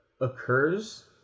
occurs